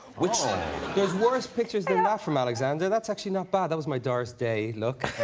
which there's worse pictures, they're not from alexander, that's actually not bad. that was my doris day look